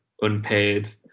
unpaid